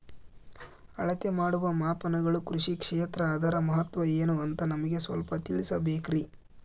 ಅಳತೆ ಮಾಡುವ ಮಾಪನಗಳು ಕೃಷಿ ಕ್ಷೇತ್ರ ಅದರ ಮಹತ್ವ ಏನು ಅಂತ ನಮಗೆ ಸ್ವಲ್ಪ ತಿಳಿಸಬೇಕ್ರಿ?